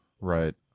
Right